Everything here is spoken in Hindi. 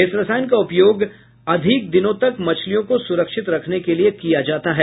इस रसायन का उपयोग अधिक दिनों तक मछलियों को सुरक्षित रखने के लिया किया जाता है